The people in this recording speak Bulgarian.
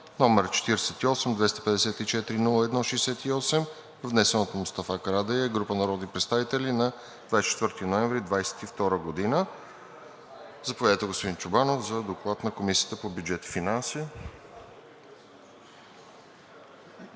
№ 48-254-01-68, внесен от Мустафа Карадайъ и група народни представители на 24 ноември 2022 г. Заповядайте, господин Чобанов, за Доклада на Комисията по бюджет и финанси.